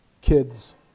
kids